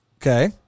Okay